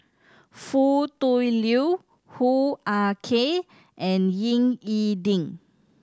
Foo Tui Liew Hoo Ah Kay and Ying E Ding